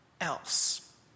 Else